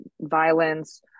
violence